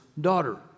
daughter